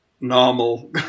normal